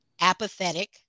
apathetic